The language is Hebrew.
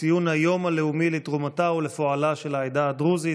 ציון היום הלאומי לתרומתה ולפועלה של העדה הדרוזית.